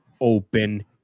open